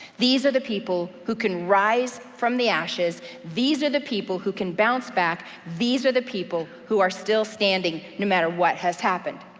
these are the people who can rise from the ashes. these are the people who can bounce back. these are the people who are still standing no matter what has happened.